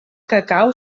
cacau